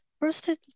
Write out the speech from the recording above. firstly